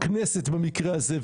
בכנסת במקרה הזה,